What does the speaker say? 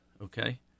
okay